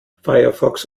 firefox